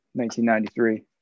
1993